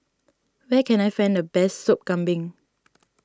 where can I find the best Sop Kambing